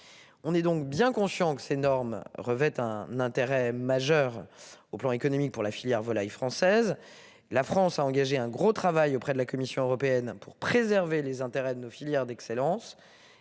On est donc bien conscient que ces normes revêtent un intérêt majeur au plan économique pour la filière volaille française. La France a engagé un gros travail auprès de la Commission européenne, pour préserver les intérêts de nos filières d'excellence